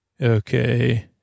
Okay